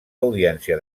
audiència